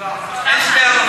אין הלכה